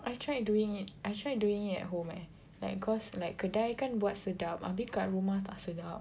I tried doing it I tried doing it at home eh like cause like kedai kan buat sedap abeh kat rumah tak sedap